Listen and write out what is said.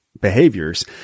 behaviors